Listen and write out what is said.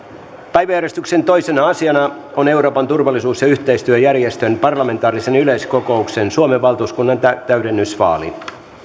päiväjärjestyksen toisena asiana on euroopan turvallisuus ja yhteistyöjärjestön parlamentaarisen yleiskokouksen suomen valtuuskunnan täydennysvaali